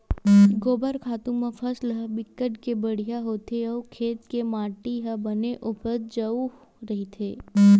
गोबर खातू म फसल ह बिकट के बड़िहा होथे अउ खेत के माटी ह बने उपजउ रहिथे